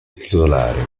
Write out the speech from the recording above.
titolare